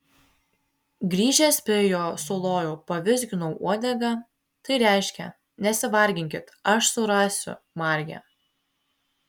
grįžęs prie jo sulojau pavizginau uodegą tai reiškė nesivarginkit aš surasiu margę